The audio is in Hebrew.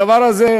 הדבר הזה,